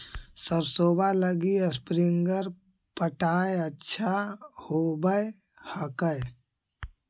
सरसोबा लगी स्प्रिंगर पटाय अच्छा होबै हकैय?